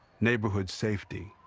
neighborhood safety.